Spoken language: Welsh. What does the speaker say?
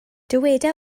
dyweda